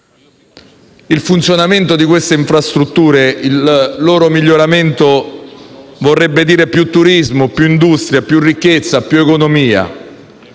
Il funzionamento di queste infrastrutture e il loro miglioramento vorrebbe dire più turismo, più industria, più ricchezza e più economia.